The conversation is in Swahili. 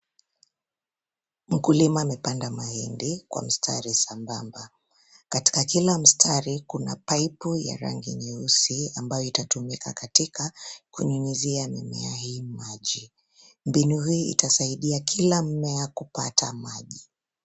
Mkulima amepanda mahindi kwa mistari sambamba. Katika kila mstari kuna paipu ya rangi nyeusi ambayo itatumika katika kunyunyizia mimea hii maji. Mbinu hii itasaidia kila mmea kupata maji.